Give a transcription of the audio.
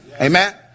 Amen